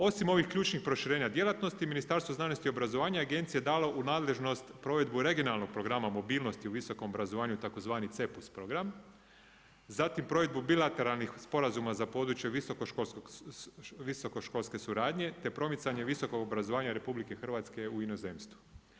Osim ovih ključnih proširenja djelatnosti Ministarstvo znanosti i obrazovanja agenciji je dala nadležnost provedu regionalnog programa mobilnost u visokom obrazovanju tzv. CEPUS program zatim provedbu bilateralnih sporazuma za područje visokoškolske suradnje te promicanje visokog obrazovanja RH u inozemstvu.